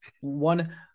One